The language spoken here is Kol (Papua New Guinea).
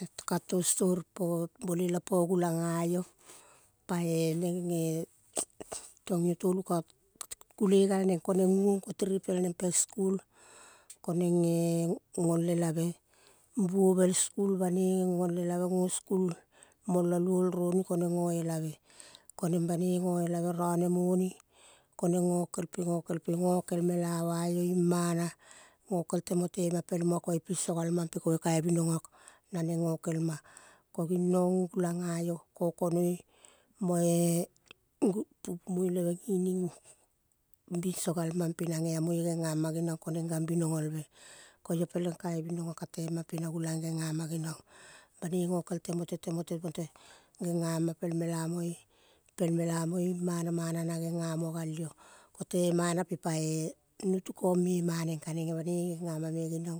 I yo to ka to stori po gulang ga iyo, pae nenge-e tong iyo to lukauting kule gal neng ko neng guong ko tirepal neng pel skul ko-neng-eh gol elave buovel skul panoi gol elave go skul molo loul roni ko goelave ko-neng banoi goelave rone moni ko-neng kokel pe gokel pe. Gokel mela ya-iyo imana gokel temote ma pel muo ko iyo pilso gal mape iyo, kokonoi moe pupumoile gining binso gal mam pe na geo moi genga ma geniong ko neng kambinogol ve, ko iyo peleng kaibinogo ka temam pe na gulang gengamageniong bai noi gokel temo te temote genga ma pel mela moe, pel mela moe imana na genga muo gal iyo ko temana pe pe pae, nutu kong memam neng, ka neng banoi genga ma geniong